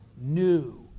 new